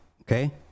okay